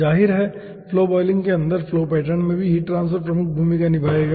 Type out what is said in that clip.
जाहिर है कि फ्लो बॉयलिंग के अंदर फ्लो पैटर्न में भी हीट ट्रांसफर प्रमुख भूमिका निभाएगा